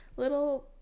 little